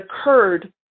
occurred